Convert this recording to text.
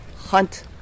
hunt